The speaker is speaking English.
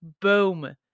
boom